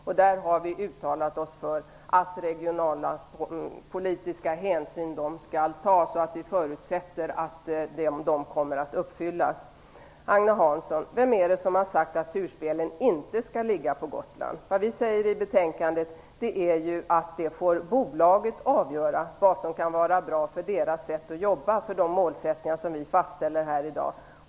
Vi har uttalat oss för att regionala politiska hänsyn skall tas och att vi förutsätter att det kommer att göras. Vem är det som har sagt att turspelen inte skall ligga på Gotland, Agne Hansson? Vad vi säger i betänkandet är att bolaget får avgöra vad som kan vara bra för deras sätt att jobba med de målsättningar som vi fastställer här i dag.